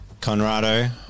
Conrado